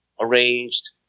arranged